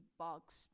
bugs